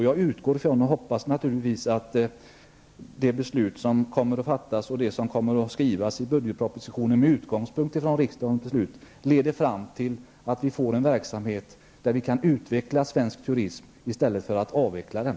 Jag utgår från och hoppas naturligtvis att det beslut som fattas och det som skall skrivas i budgetpropositionen, med utgångspunkt i riksdagens beslut, leder fram till att vi får en verksamhet där vi kan utveckla svensk turism i stället för att avveckla den.